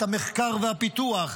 את המחקר והפיתוח,